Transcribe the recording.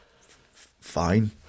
fine